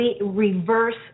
reverse